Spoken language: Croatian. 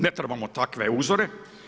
Ne trebamo takve uzore.